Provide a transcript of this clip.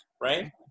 right